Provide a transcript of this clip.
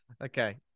Okay